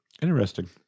Interesting